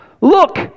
Look